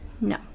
No